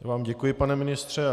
Já vám děkuji, pane ministře.